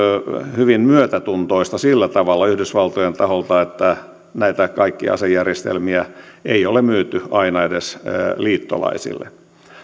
hyvin myötätuntoista sillä tavalla yhdysvaltojen taholta että näitä kaikkia asejärjestelmiä ei ole myyty aina edes liittolaisille